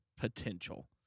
potential